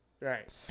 Right